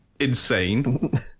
insane